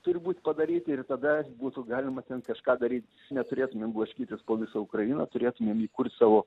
turi būt padaryti ir tada būtų galima ten kažką daryt neturėtumėm blaškytis po visą ukrainą turėtumėm įkurt savo